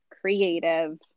creative